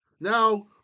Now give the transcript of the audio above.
Now